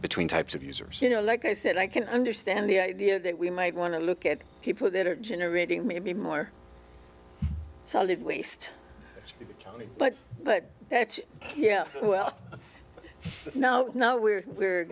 between types of users you know like i said i can understand the idea that we might want to look at people that are generating maybe more solid waste but that's yeah well no no we're